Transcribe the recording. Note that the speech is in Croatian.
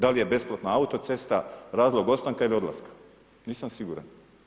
Da li je besplatna autocesta, razlog ostanka ili odlaska, nisam siguran.